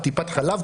טיפת חלב,